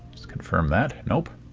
let's confirm that. nope.